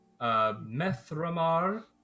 Methramar